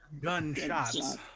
Gunshots